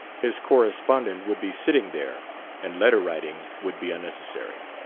his correspondent would be sitting there and letter-writing would be unnecessary.